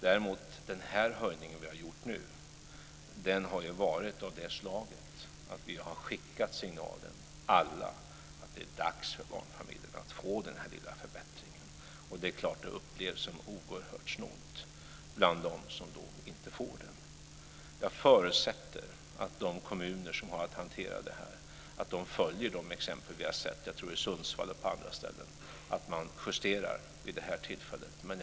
Däremot har den höjning som vi har gjort nu varit av det slaget att vi alla har skickat den signalen att det är dags för barnfamiljerna att få den här lilla förbättringen. Det är klart att de som inte får den upplever det som oerhört snålt. Jag förutsätter att de kommuner som det gäller följer de exempel som vi har sett i Sundsvall och på andra ställen och vid det här tillfället gör en justering.